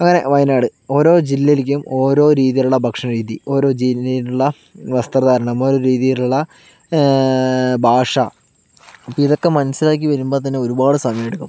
അങ്ങനെ വയനാട് ഓരോ ജില്ലയിലേക്കും ഓരോ രീതിയിലുളള ഭക്ഷണരീതി ഓരോ ജില്ലയിലുള്ള വസ്ത്രധാരണം ഓരോ രീതിയിലുള്ള ഭാഷ ഇതൊക്കെ മനസ്സിലാക്കി വരുമ്പോൾ തന്നെ ഒരുപാടു സമയം എടുക്കും